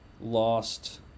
lost